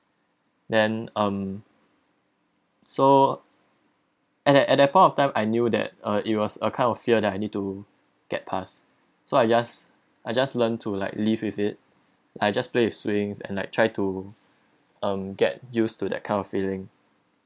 then um so at at that point of time I knew that uh it was a kind of fear that I need to get past so I just I just learned to like live with it I just play with swings and like try to um get used to that kind of feeling